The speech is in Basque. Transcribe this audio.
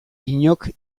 inork